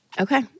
Okay